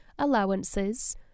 Allowances